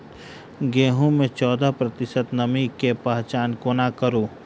गेंहूँ मे चौदह प्रतिशत नमी केँ पहचान कोना करू?